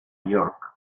york